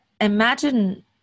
imagine